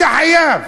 אתה חייב.